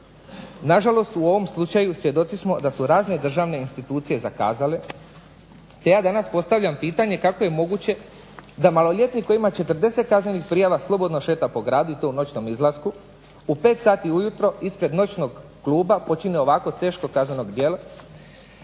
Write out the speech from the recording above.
Na žalost u ovom slučaju svjedoci smo da su razne državne institucije zakazale, te ja danas postavljam pitanje kako je moguće da maloljetnik koji ima 40 kaznenih prijava i slobodno šeta po gradu i to u noćnom izlasku u 5 sati ujutro ispred noćnog kluba počini ovo teško kazneno djelo